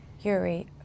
Yuri